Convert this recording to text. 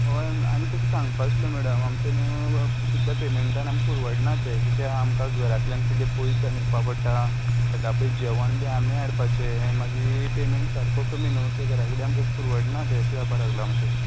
होय आमी तुका सांगपा आशिल्लो मॅडम आमचे न्हू इतले पेमॅण्टान आमकां परवडना तें कित्या आमकां घरांतल्यान कितलें पयस सान येवपा पडटा सकाळ फुडें जवण बी आमी हाडपाचे मागीर पेमॅण्ट सारको कमी न्हू सो घरा कडेन आमकां परवडना तें अशें जावपा लागलां मातशें